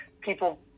people